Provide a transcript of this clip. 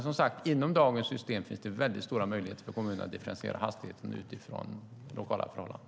Som sagt: Inom dagens system finns det väldigt stora möjligheter för kommunerna att differentiera hastigheten utifrån lokala förhållanden.